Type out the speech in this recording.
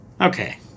Okay